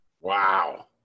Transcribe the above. Wow